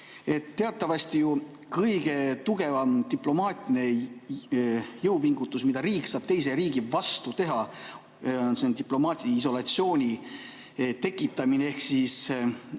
teatavasti kõige tugevam diplomaatiline jõupingutus, mida riik saab teise riigi vastu teha, on diplomaatilise isolatsiooni tekitamine ehk siis